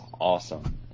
awesome